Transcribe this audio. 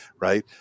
right